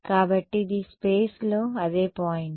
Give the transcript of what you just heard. కాబట్టి ఇది స్పేస్ లో అదే పాయింట్